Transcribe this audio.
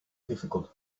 difficult